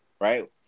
right